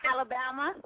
Alabama